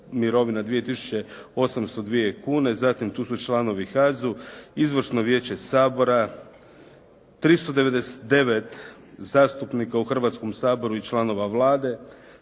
mirovina 2802 kune. Zatim tu su članovi HAZU, Izvršno vijeće Sabora, 399 zastupnika u Hrvatskom saboru i članova Vlade,